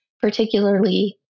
particularly